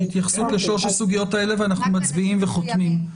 התייחסות לשלוש הסוגיות האלה ואנחנו מצביעים וחותמים.